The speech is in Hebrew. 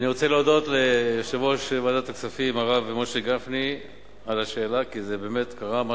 רוצה שהוא ישמע את השאלה, כי זה מאוד מאוד דרמטי.